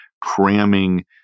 cramming